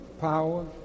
power